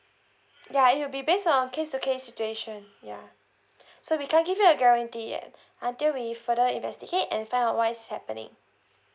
ya it will be based on case to case situation yeah so we can't give you a guarantee yet until we further investigate and find out what is happening